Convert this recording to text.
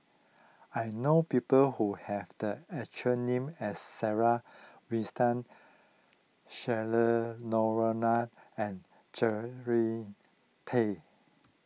I know people who have the extra name as Sarah Winstedt Cheryl Noronha and Jary Tay